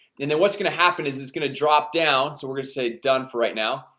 and then what's gonna happen is it's gonna drop down so we're gonna say done for right now.